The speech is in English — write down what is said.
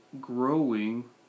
growing